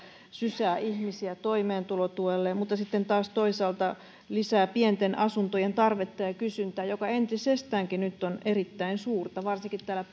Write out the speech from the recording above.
sysää ihmisiä toimeentulotuelle mutta sitten taas toisaalta lisää pienten asuntojen tarvetta ja kysyntää joka entisestäänkin nyt on erittäin suurta varsinkin täällä